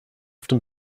often